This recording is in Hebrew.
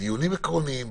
דיונים עקרוניים,